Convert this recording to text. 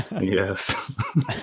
Yes